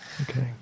Okay